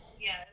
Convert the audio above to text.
Yes